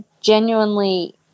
genuinely